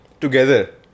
together